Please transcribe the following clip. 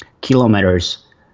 kilometers